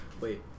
Wait